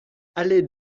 allée